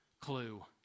clue